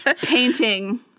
painting